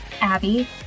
Abby